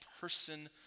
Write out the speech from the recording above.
person